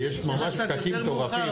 יש ממש פקקים מטורפים.